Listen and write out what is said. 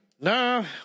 No